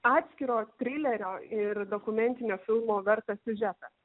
atskiro trilerio ir dokumentinio filmo vertas siužetas